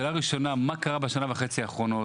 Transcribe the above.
שאלה ראשונה, מה קרה בשנה וחצי האחרונות?